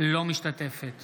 אינה משתתפת